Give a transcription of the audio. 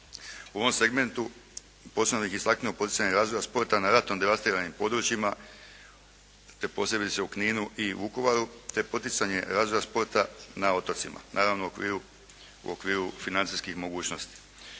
U ovom segmentu posebno bih istaknuo poticanje razvoja sporta na ratom devastiranim područjima, te posebice u Kninu i Vukovaru, te poticanje razvoja sporta na otocima, naravno u okviru financijskih mogućnosti.